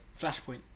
Flashpoint